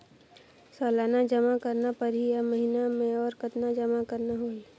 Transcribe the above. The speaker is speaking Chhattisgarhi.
सालाना जमा करना परही या महीना मे और कतना जमा करना होहि?